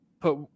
put